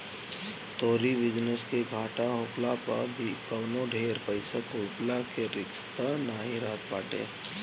तोहरी बिजनेस के घाटा होखला पअ भी कवनो ढेर पईसा डूबला के रिस्क तअ नाइ रहत बाटे